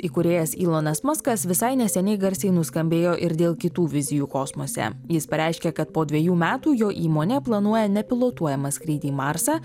įkūrėjas ilonas maskas visai neseniai garsiai nuskambėjo ir dėl kitų vizijų kosmose jis pareiškė kad po dviejų metų jo įmonė planuoja nepilotuojamą skrydį į marsą